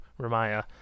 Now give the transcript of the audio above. Ramaya